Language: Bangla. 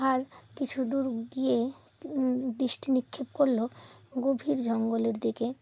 আর কিছু দূর গিয়ে দৃষ্টি নিক্ষেপ করলো গভীর জঙ্গলের দিকে